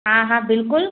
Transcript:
हा हा बिल्कुलु